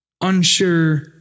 Unsure